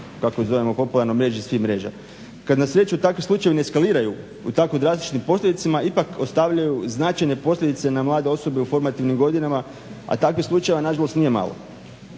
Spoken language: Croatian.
kako je zovemo popularno mreži svih mreža. Kad već takvi slučajevi ne eskaliraju u tako drastičnim posljedicama ipak ostavljaju značajne posljedice na mlade osobe u formativnim godinama, a takvih slučajeva nažalost nije malo.